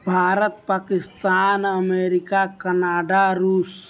Bharat Pakistan America Canada रुस